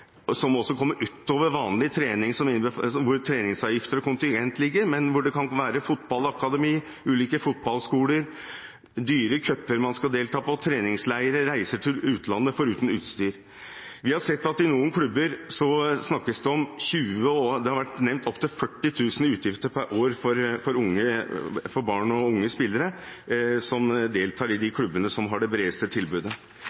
utover vanlig trening, som innbefatter treningsavgifter og kontingent. Det kan være fotballakademi, ulike fotballskoler, dyre cuper man skal delta på, treningsleirer, reiser til utlandet – foruten utstyr. Vi har sett at i noen klubber snakkes det om 20 000 kr – og det har vært nevnt opp til 40 000 kr – i utgifter per år for spillere, barn og unge, som deltar i de